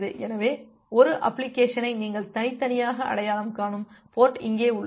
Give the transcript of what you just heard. எனவே ஒரு அப்ளிகேஷனை நீங்கள் தனித்தனியாக அடையாளம் காணும் பேர்ட் இங்கே உள்ளது